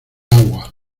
agua